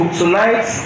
tonight